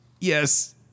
yes